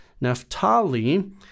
Naphtali